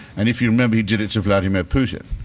and if you remember, he did it to vladimir putin,